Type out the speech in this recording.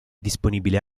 disponibile